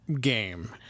game